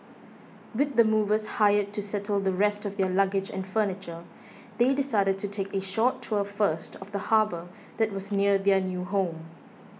with the movers hired to settle the rest of their luggage and furniture they decided to take a short tour first of the harbour that was near their new home